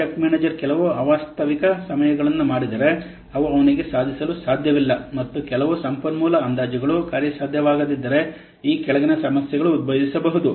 project manager ಕೆಲವು ಅವಾಸ್ತವಿಕ ಸಮಯಗಳನ್ನು ಮಾಡಿದರೆ ಅದು ಅವನಿಗೆ ಸಾಧಿಸಲು ಸಾಧ್ಯವಿಲ್ಲ ಮತ್ತು ಕೆಲವು ಸಂಪನ್ಮೂಲ ಅಂದಾಜುಗಳು ಕಾರ್ಯಸಾಧ್ಯವಾಗದಿದ್ದರೆ ಈ ಕೆಳಗಿನ ಸಮಸ್ಯೆಗಳು ಉದ್ಭವಿಸಬಹುದು